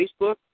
Facebook